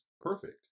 perfect